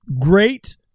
great